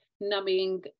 numbing